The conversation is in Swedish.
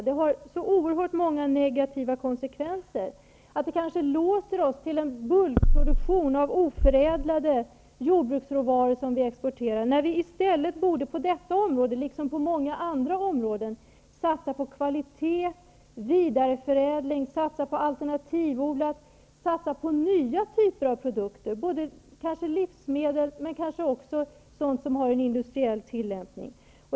Det har så oerhört många negativa konsekvenser, att det kanske låser oss till en bulkproduktion av oförädlade jordbruksråvaror som vi exporterar, när vi i stället på detta område, liksom på många andra områden, borde satsa på kvalitet, vidareförädling, alternativodling, nya typer av produkter, både livsmedel och sådant som har en industriell tillämpning.